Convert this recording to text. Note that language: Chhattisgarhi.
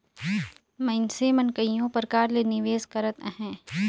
मइनसे मन कइयो परकार ले निवेस करत अहें